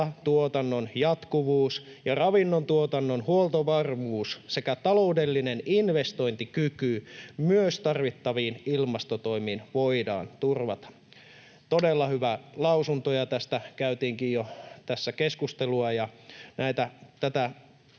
tuotannon jatkuvuus ja ravinnon tuotannon huoltovarmuus sekä taloudellinen investointikyky myös tarvittaviin ilmastotoimiin voidaan turvata.” Todella hyvä lausuma. Tästä käytiinkin jo tässä keskustelua, ja tätä